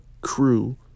crew